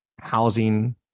Housing